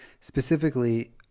Specifically